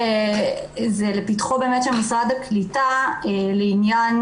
זה לפתחו באמת של משרד הקליטה לעניין